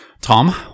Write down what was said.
Tom